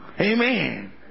amen